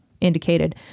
indicated